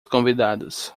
convidados